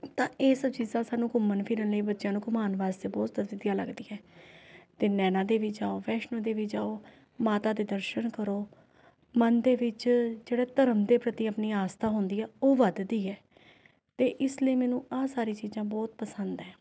ਤਾਂ ਇਹ ਸਭ ਚੀਜ਼ਾਂ ਸਾਨੂੰ ਘੁੰਮਣ ਫਿਰਨ ਲਈ ਬੱਚਿਆਂ ਨੂੰ ਘੁੰਮਾਉਣ ਵਾਸਤੇ ਬਹੁਤ ਲੱਗਦੀਆਂ ਅਤੇ ਨੈਣਾ ਦੇਵੀ ਜਾਉ ਵੈਸ਼ਨੋ ਦੇਵੀ ਜਾਉ ਮਾਤਾ ਦੇ ਦਰਸ਼ਨ ਕਰੋ ਮਨ ਦੇ ਵਿੱਚ ਜਿਹੜਾ ਧਰਮ ਦੇ ਪ੍ਰਤੀ ਆਪਣੀ ਆਸਥਾ ਹੁੰਦੀ ਹੈ ਉਹ ਵਧਦੀ ਹੈ ਅਤੇ ਇਸ ਲਈ ਮੈਨੂੰ ਆਹ ਸਾਰੀਆਂ ਚੀਜ਼ਾਂ ਬਹੁਤ ਪਸੰਦ ਹੈ